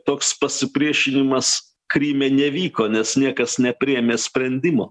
toks pasipriešinimas kryme nevyko nes niekas nepriėmė sprendimo